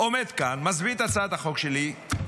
אבל לבוא לגוש שגב שם, ליובלים, ולראות,